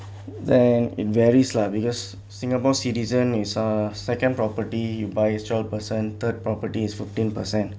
then it varies lah because singapore citizen is a second property you buy twelve per cent third properties for fifteen per cent